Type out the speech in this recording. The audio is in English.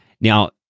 Now